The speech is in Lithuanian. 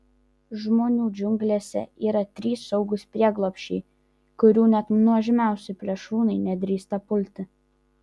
žmonių džiunglėse yra trys saugūs prieglobsčiai kurių net nuožmiausi plėšrūnai nedrįsta pulti